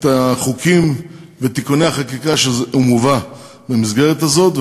מספר החוקים ותיקוני החקיקה שמובאים במסגרת הזאת.